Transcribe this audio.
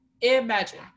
imagine